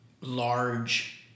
large